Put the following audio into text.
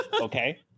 Okay